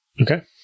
Okay